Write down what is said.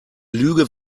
lüge